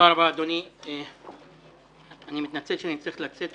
אני יודע שאתם רוצים להביע,